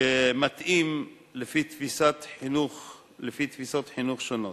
שמתאים לתפיסות חינוך שונות.